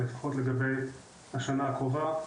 לפחות לגבי השנה הקרובה,